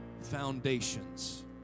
foundations